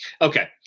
Okay